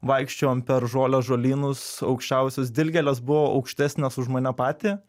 vaikščiojom per žolę žolynus aukščiausios dilgėlės buvo aukštesnės už mane patį